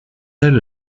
elle